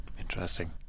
Interesting